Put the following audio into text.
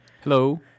Hello